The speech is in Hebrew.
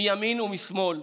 מימין ומשמאל,